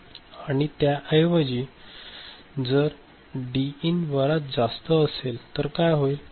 आणि त्याऐवजी जर डी इन बराच जास्त असेल तर काय होईल